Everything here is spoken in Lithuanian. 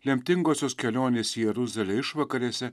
lemtingosios kelionės į jeruzalę išvakarėse